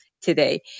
today